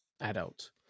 adult